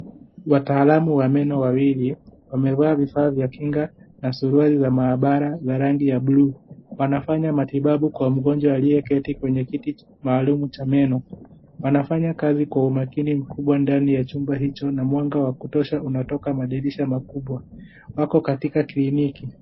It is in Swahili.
Wataalamu wa meno wawili wamevaa vifaa vya kinga na suruali za maabara za rangi ya bluu, wanafanya matibabu kwa mgonjwa aliyeketi kwenye kiti maalum cha meno, wanafanya kazi kwa umakini kubwa ndani ya chumba hicho na mwanga wa kutosha unatoka kwa madirisha makubwa wako kitika kliniki.